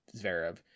Zverev